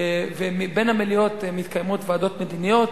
בין המליאות מתקיימות ועדות מדיניות.